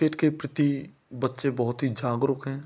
cricket के प्रति बच्चे बहुत ही जागरूक हैं